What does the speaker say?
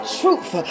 truth